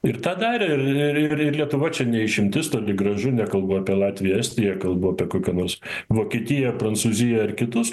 ir tą darė ir ir ir lietuva čia ne išimtis toli gražu nekalbu apie latviją estiją kalbu apie kokią nors vokietiją prancūziją ar kitus